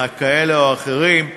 כאלה או אחרים,